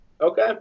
okay